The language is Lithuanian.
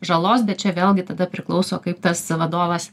žalos bet čia vėlgi tada priklauso kaip tas vadovas